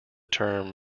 term